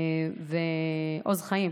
עוז חיים.